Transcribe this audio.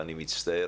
ואני מצטער,